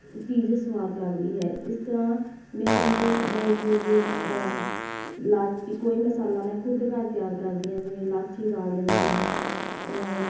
ਚੀਜ਼ ਸਵਾਦ ਲੱਗਦੀ ਹੈ ਇਸ ਤਰ੍ਹਾਂ ਮੇਰੀ ਜਿਵੇਂ ਕਿ ਇਲਾਇਚੀ ਕੋਈ ਮਸਾਲਾ ਮੈਂ ਖੁਦ ਘਰ ਤਿਆਰ ਕਰਦੀ ਹਾਂ ਜਿਵੇਂ ਇਲਾਇਚੀ ਪਾ ਲੈਂਦੀ ਹਾਂ